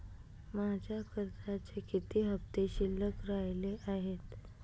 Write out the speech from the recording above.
माझ्या कर्जाचे किती हफ्ते शिल्लक राहिले आहेत?